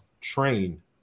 train